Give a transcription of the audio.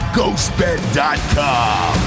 GhostBed.com